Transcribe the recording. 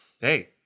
Hey